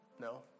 No